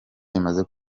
imaze